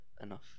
enough